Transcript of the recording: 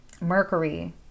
Mercury